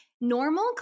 Normal